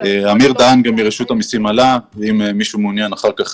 אמיר דהן מרשות המסים עלה ל-זום ואם מישהו מעוניין אחר כך,